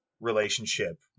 relationship